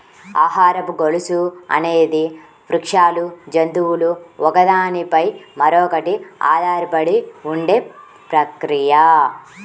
ఆహారపు గొలుసు అనేది వృక్షాలు, జంతువులు ఒకదాని పై మరొకటి ఆధారపడి ఉండే ప్రక్రియ